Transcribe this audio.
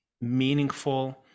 meaningful